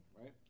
right